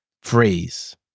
phrase